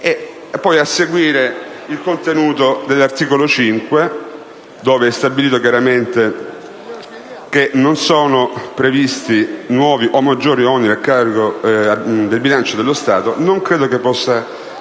e, a seguire, il testo dell'articolo 5, in cui è stabilito chiaramente che non sono previsti nuovi o maggiori oneri a carico del bilancio dello Stato, non credo possa